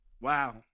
Wow